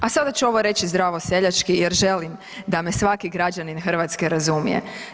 A sada ću reći ovo zdravo seljački jer želim da me svaki građanin Hrvatske razumije.